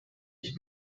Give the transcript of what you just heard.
ich